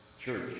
church